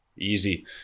easy